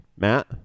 Matt